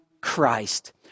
Christ